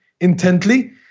intently